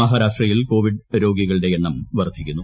മഹാരാഷ്ട്രയിൽ കോവിഡ് രോഗികളുടെ എണ്ണം വർധിക്കുന്നു